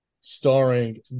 starring